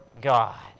God